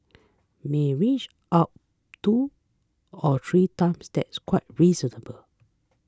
may inch up two or three times that's quite reasonable